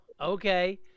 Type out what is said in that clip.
Okay